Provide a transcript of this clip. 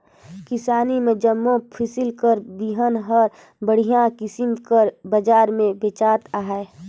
किसानी में जम्मो फसिल कर बीहन हर बड़िहा किसिम कर बजार में बेंचात अहे